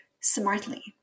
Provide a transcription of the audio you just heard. smartly